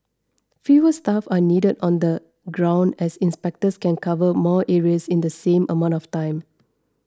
fewer staff are needed on the ground as inspectors can cover more areas in the same amount of time